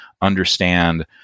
understand